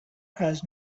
has